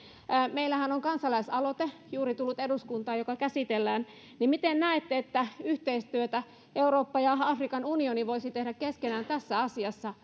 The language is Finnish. meillähän on juuri tullut eduskuntaan kansalaisaloite joka käsitellään miten näette että eurooppa ja afrikan unioni voisivat tehdä keskenään yhteistyötä tässä asiassa